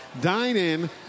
Dine-in